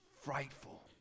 frightful